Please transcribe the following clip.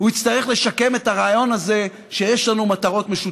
הוא יצטרך לשקם את הרעיון הזה שיש לנו מטרות משותפות.